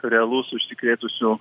realus užsikrėtusių